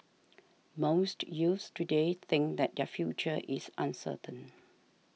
most youths today think that their future is uncertain